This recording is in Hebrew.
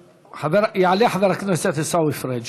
יעלה חבר הכנסת עיסאווי פריג'.